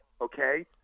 Okay